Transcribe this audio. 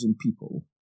people